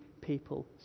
people